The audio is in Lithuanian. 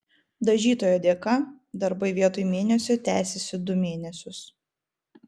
dažytojo dėka darbai vietoj mėnesio tęsėsi du mėnesius